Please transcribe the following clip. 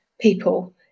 people